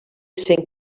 cent